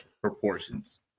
Proportions